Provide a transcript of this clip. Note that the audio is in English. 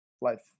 life